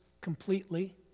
completely